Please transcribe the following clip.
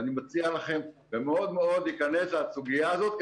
ואני מציע לכם להיכנס לסוגיה הזאת כי